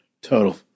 Total